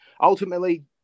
ultimately